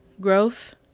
growth